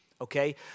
Okay